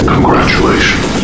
Congratulations